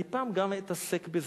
אני פעם גם אתעסק בזה.